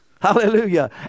Hallelujah